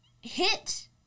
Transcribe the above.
hit